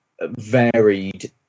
varied